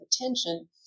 attention